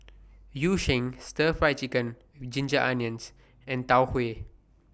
Yu Sheng Stir Fried Chicken with Ginger Onions and Tau Huay